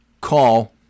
call